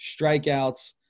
strikeouts